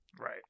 Right